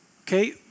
Okay